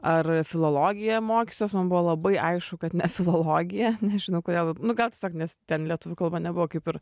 ar filologiją mokysiuos man buvo labai aišku kad ne filologija nežinau kodėl nu gal tiesiog nes ten lietuvių kalba nebuvo kaip ir